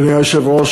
אדוני היושב-ראש,